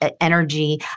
energy